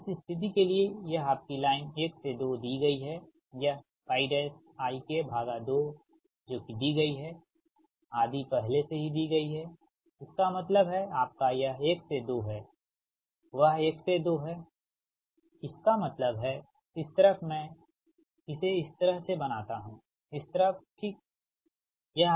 अब इस स्थिति के लिए यह आपकी लाइन 1 से 2 दी गई है यह yik2 जो कि दी गई हैआधी पहले से ही दी गई है इसका मतलब है आपका यह 1 से 2 हैं वह 1 से 2 है इसका मतलब है इस तरफ मैं इसे इस तरह से बनाता हूंइस तरफ ठीक है